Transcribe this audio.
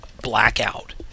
Blackout